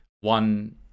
one